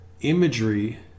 imagery